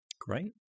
great